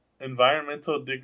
environmental